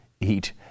eat